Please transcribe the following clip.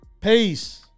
Peace